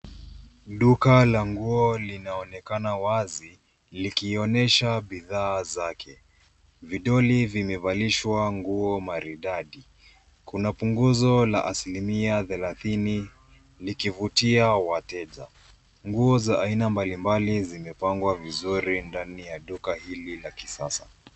Duka la nguo linaonekana wazi likionyesha bidhaa zake. Vidoli vimevalishwa nguo maridadi. Kuna punguzo la asilimia thelathini likivutia wateja. Nguo za aina mbalimbali zimepangwa vizuri ndani ya duka hili la kisasa.